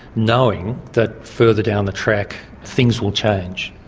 knowing that further down the track things will change.